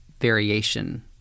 variation